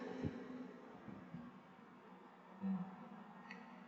mm